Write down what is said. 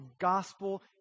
gospel